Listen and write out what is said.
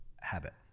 habit